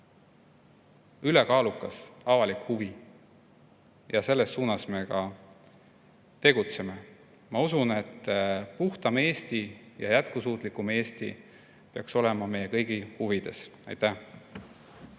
ülekaalukas avalik huvi, ja selles suunas me tegutseme. Ma usun, et puhtam Eesti ja jätkusuutlikum Eesti peaks olema meie kõigi huvides. Aitäh!